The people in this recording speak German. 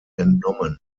entnommen